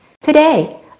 Today